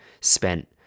spent